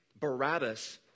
Barabbas